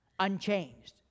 unchanged